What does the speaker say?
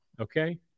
Okay